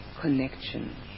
connection